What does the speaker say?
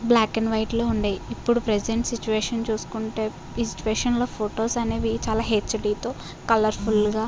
black and వైట్లో ఉండేవి ఇప్పుడు ప్రజెంట్ సిట్యుయేషన్ చూసుకుంటే ఈ సిచ్యువేషన్లో ఫొటోస్ అనేవి చాలా హెచ్డితో కలర్ ఫుల్గా